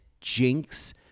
Jinx